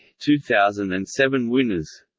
two thousand and seven winners